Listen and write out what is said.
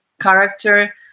character